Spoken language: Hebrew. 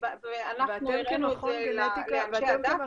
ואנחנו הראינו את זה לאנשי הדת,